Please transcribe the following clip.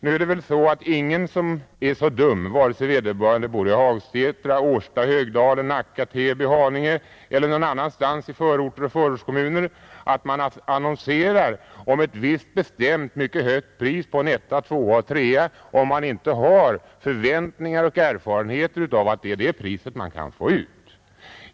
Nu är väl ingen så dum — vare sig vederbörande bor i Hagsätra, Årsta, Högdalen, Nacka, Täby, Haninge eller någon annanstans i förorter och förortskommuner — att han annonserar om ett visst bestämt, mycket högt pris på en etta, tvåa eller trea, om han inte har erfarenhet av att det är det priset man kan få ut.